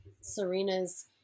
serena's